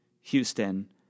Houston